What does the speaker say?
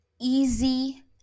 easy